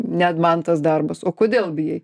ne man tas darbas o kodėl bijai